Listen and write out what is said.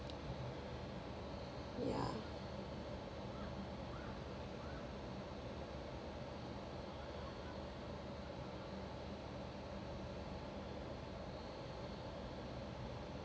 ya